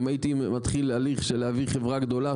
אם הייתי מתחיל הליך של להביא חברה גדולה,